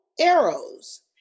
arrows